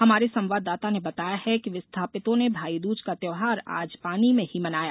हमारे संवाददाता ने बताया है कि विस्थापितों ने भाई दूज का त्यौहार आज पानी में ही मनाया